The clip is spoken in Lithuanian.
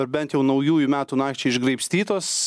ar bent jau naujųjų metų nakčiai išgraibstytos